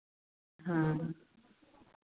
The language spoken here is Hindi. हाँ